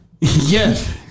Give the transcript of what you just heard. yes